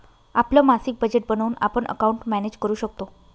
आपलं मासिक बजेट बनवून आपण अकाउंट मॅनेज करू शकतो